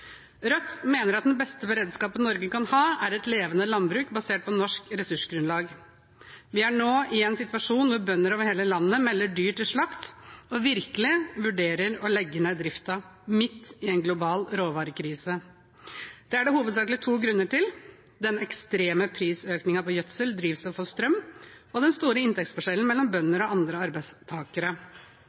Rødt mener den beste beredskapen Norge kan ha, er et levende landbruk basert på norsk ressursgrunnlag. Vi er nå i en situasjon hvor bønder over hele landet melder dyr til slakt og virkelig vurderer å legge ned driften – midt i en global råvarekrise. Det er det hovedsakelig to grunner til: den ekstreme prisøkningen på gjødsel, drivstoff og strøm og den store inntektsforskjellen mellom bønder og andre arbeidstakere.